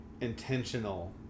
intentional